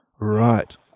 Right